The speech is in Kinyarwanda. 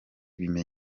ibindi